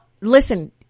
listen